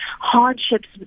hardships